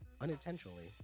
Unintentionally